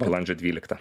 balandžio dvyliktą